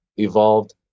evolved